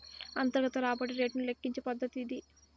అంతర్గత రాబడి రేటును లెక్కించే పద్దతి ఇది